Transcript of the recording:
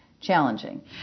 challenging